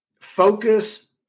Focus